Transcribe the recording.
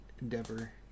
endeavor